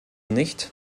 nicht